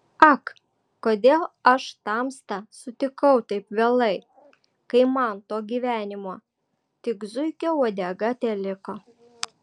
ak kodėl aš tamstą sutikau taip vėlai kai man to gyvenimo tik zuikio uodega teliko